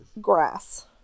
grass